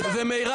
--- לא,